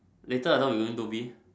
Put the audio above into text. later I thought we going Dhoby